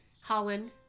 Holland